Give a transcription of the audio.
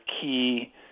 key